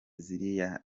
ziriya